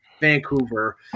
Vancouver